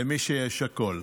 למי שיש הכול.